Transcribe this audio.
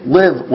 live